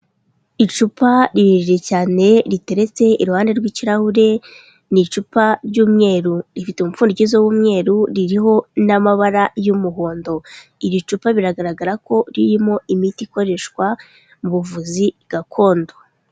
Icupa rirerire cyane riteretse iruhande rw'ikirahure, ni icupa ry'umweru rifite imupfundikizo w'umweru, ririho n'amabara y'umuhondo, iri cupa biragaragara ko ririmo imiti ikoreshwa mu buvuzi gakondo.